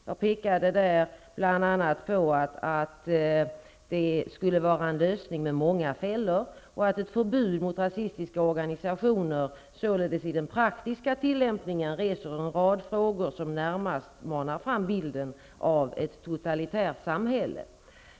Jag pekade där bl.a. på att det skulle vara en lösning med många fällor och att ett förbud mot rasistiska organisationer i den praktiska tillämpningen så lätt reser en rad frågor som närmast manar fram bilden av ett totalitärt samhälle.